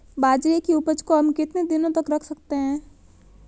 बाजरे की उपज को हम कितने दिनों तक रख सकते हैं?